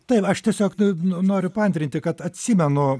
taip aš tiesiog nu n noriu paantrinti kad atsimenu